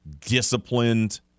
disciplined